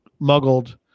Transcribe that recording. muggled